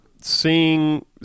seeing